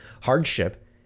Hardship